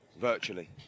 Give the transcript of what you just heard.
virtually